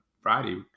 Friday